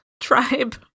tribe